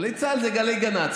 גלי צה"ל זה גלי גנ"צ.